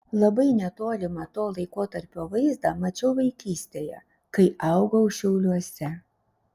labai netolimą to laikotarpio vaizdą mačiau vaikystėje kai augau šiauliuose